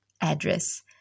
address